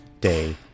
day